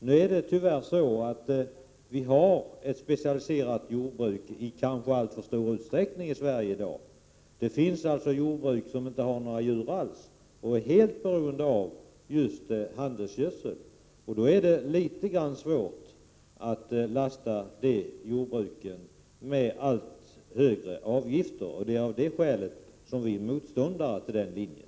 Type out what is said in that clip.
Tyvärr är jordbruket i Sverige i dag specialiserat, 131 kanske i alltför stor utsträckning, och det finns jordbruk som inte har några djur alls och som är helt beroende av just handelsgödsel. Det blir då litet svårt för de jordbruken om de belastas med allt högre avgifter. Det är av det skälet som vi moderater är motståndare till den linjen.